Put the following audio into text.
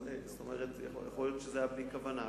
יכול להיות שזה היה בלי כוונה.